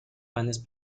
panes